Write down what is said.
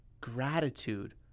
gratitude